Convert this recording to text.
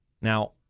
Now